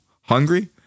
hungry